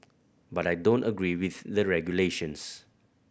but I don't agree with the regulations